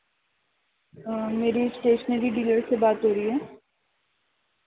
میری stationery dealer سے بات ہو رہی ہے